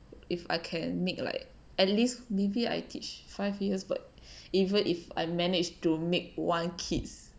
if I can make like at least maybe I teach five years but even if I manage to make one kid's